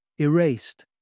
Erased